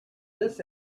this